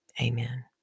amen